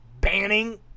banning